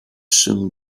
soon